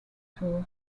tour